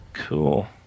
cool